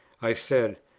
i said,